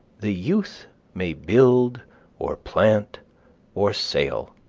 the youth may build or plant or sail,